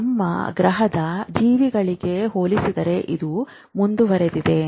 ನಮ್ಮ ಗ್ರಹದ ಜೀವಿಗಳಿಗೆ ಹೋಲಿಸಿದರೆ ಇದು ಮುಂದುವರೆದಿದೆ